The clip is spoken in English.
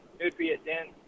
nutrient-dense